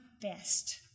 best